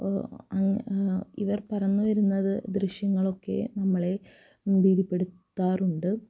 ഇവർ പറന്നു വരുന്നത് ഒരു ദൃശ്യങ്ങളൊക്കെ നമ്മളെ ഭീതിപ്പെടുത്താറുണ്ട്